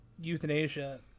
euthanasia